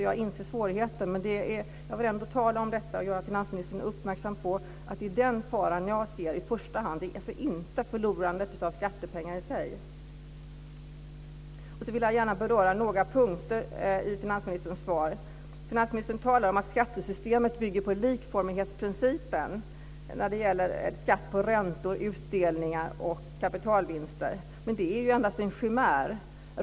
Jag inser svårigheten, men jag vill ändå tala om detta och göra finansministern uppmärksam på att det är den faran jag i första hand ser. Det är alltså inte förlorandet av skattepengar i sig. Sedan vill jag gärna beröra några punkter i finansministerns svar. Finansministern talar om att skattesystemet bygger på likformighetsprincipen när det gäller skatt på räntor, utdelningar och kapitalvinster. Men det är ju endast en chimär.